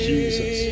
Jesus